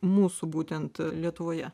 mūsų būtent lietuvoje